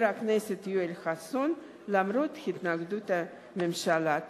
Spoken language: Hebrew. הכנסת יואל חסון למרות התנגדות הממשלה.